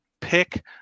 pick